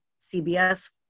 CBS